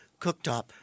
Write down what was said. cooktop